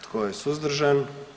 Tko je suzdržan?